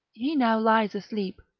he now lies asleep,